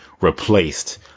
replaced